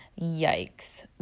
Yikes